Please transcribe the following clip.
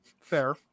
Fair